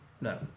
No